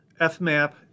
FMAP